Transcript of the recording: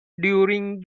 during